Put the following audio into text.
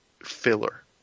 filler